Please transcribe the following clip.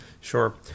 Sure